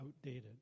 outdated